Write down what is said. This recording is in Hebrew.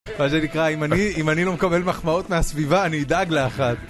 מה שנקרא, אם אני לא מקבל מחמאות מהסביבה, אני אדאג לאחת.